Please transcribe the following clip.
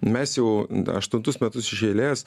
mes jau aštuntus metus iš eilės